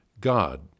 God